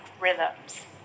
rhythms